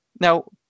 Now